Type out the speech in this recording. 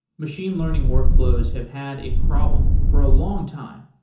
machine learning workflows have had a problem for a long time.